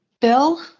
Bill